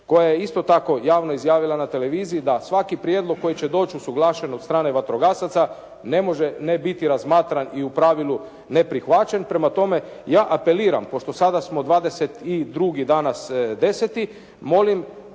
koja je isto tako javno izjavila na televiziji da svaki prijedlog koji će doći usuglašen od strane vatrogasaca ne može ne biti razmatran i u pravilu neprihvaćen. Prema tome, ja apeliram pošto sada smo 22. danas 10.